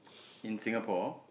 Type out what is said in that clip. in Singapore